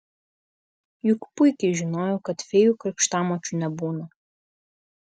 juk puikiai žinojau kad fėjų krikštamočių nebūna